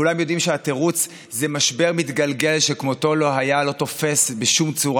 כולם יודעים שהתירוץ "זה משבר מתגלגל שכמותו לא היה" לא תופס בשום צורה,